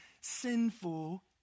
sinful